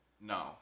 No